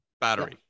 Battery